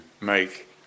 make